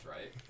right